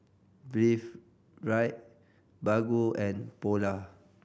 Breathe Right Baggu and Polar